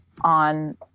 on